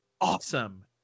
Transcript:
awesome